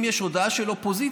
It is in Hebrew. אם יש הודעה של אופוזיציה,